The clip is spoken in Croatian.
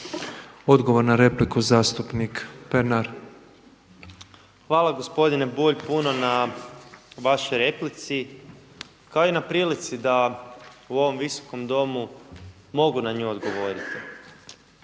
Odgovor na repliku zastupnik Pernar. **Pernar, Ivan (Abeceda)** Hvala gospodine Bulj puno na vašoj replici kao i na prilici da u ovom visokom Domu mogu na nju odgovoriti.